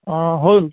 অঁ হ'ল